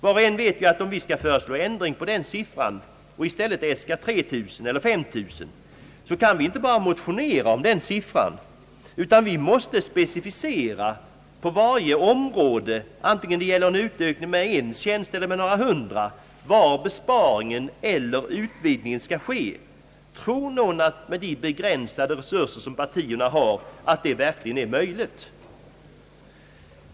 Var och en vet ju att om vi skall föreslå ändring på den siffran och i stället äska 3 000 eller 5 000, så kan vi inte bara motionera om den siffran utan vi måste specificera på varje område, antingen det gäller en utökning med en tjänst eller några hundra, var besparingen eller utvidgningen skall ske. Tror någon att detta, med de begränsade resurser partierna har, verkligen är möjligt?